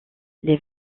les